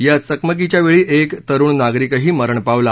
या चकमकीच्या वेळी एक तरुण नागरीकही मरण पावला